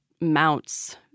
mounts